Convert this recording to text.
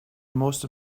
most